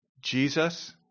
Jesus